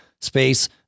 space